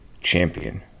champion